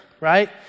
right